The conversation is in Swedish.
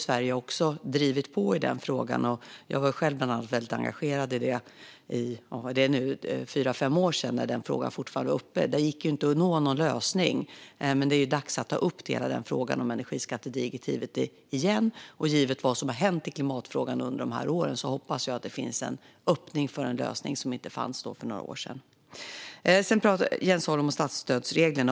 Sverige har drivit på i den frågan. Bland annat var jag själv väldigt engagerad i den för fyra fem år sedan, när den fortfarande var uppe. Då gick det inte att nå någon lösning. Men det är dags att ta upp hela frågan om energiskattedirektivet igen. Givet vad som har hänt i klimatfrågan under de här åren hoppas jag att det finns en öppning för en lösning som inte fanns för några år sedan. Sedan talade Jens Holm om statsstödsreglerna.